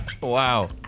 wow